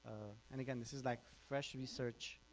and again this is like fresh research,